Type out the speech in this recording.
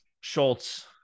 Schultz